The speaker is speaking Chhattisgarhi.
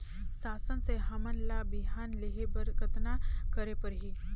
शासन से हमन ला बिहान लेहे बर कतना करे परही?